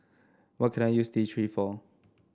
what can I use T Three for